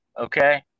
okay